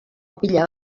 pila